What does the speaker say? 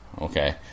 Okay